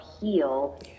heal